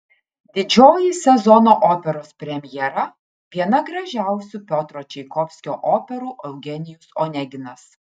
didžioji sezono operos premjera viena gražiausių piotro čaikovskio operų eugenijus oneginas